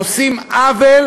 עושים עוול,